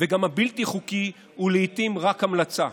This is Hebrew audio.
וגם הבלתי-חוקי הוא לעיתים רק המלצה,